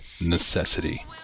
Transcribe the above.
necessity